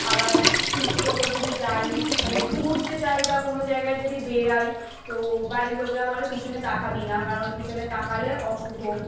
আবার পিছু কোথাও যদি যাই মানে ঘুরতে যাই বা কোনো জায়গায় যদি বেরোই তো বাড়ির লোকরা বলে পিছনে তাকাবি না কারণ পিছনে তাকালে অশুভ